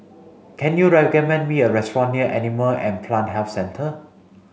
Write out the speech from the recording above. can you recommend me a restaurant near Animal and Plant Health Centre